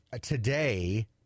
today